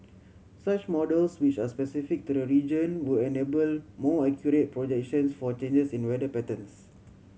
such models which are specific to the region would enable more accurate projections for changes in weather patterns